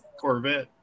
Corvette